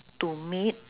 to meet